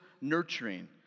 nurturing